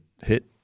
hit